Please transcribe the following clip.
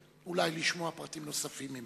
ואולי גם לשמוע פרטים נוספים ממנו.